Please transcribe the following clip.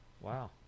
Wow